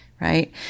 right